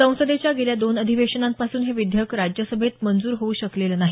संसदेच्या गेल्या दोन अधिवेशनांपासून हे विधेयक राज्यसभेत मंजूर होऊ शकलेलं नाही